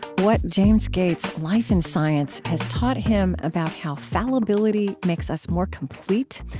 what james gates' life in science has taught him about how fallibility makes us more complete,